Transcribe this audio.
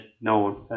No